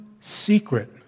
secret